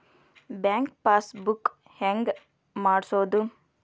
Bank passbook ಹೆಂಗ್ ಮಾಡ್ಸೋದು?